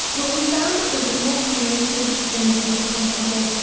well we found it was more creative than video-conferencing.